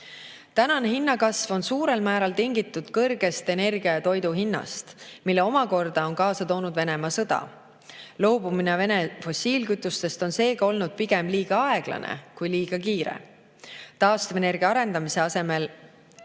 hinnakasv on suurel määral tingitud kõrgest energia ja toidu hinnast, mille omakorda on kaasa toonud Venemaa sõda. Loobumine Vene fossiilkütustest on seega olnud pigem liiga aeglane kui liiga kiire. Taastuvenergia arendamise asemel